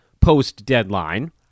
post-deadline